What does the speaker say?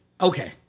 Okay